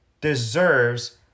deserves